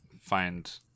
find